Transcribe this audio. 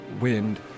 wind